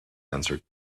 answered